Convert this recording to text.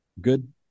good